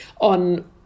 on